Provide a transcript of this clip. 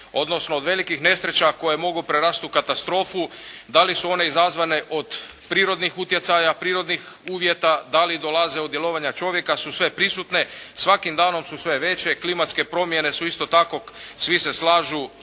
odnosno od velikih nesreća koje mogu prerasti u katastrofu, da li su one izazvane od prirodnih utjecaja, prirodnih uvjeta, da li dolaze od djelovanja čovjeka su sve prisutne. Svakim danom su sve veće. Klimatske promjene su isto tako svi se slažu